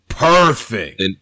Perfect